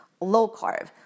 low-carb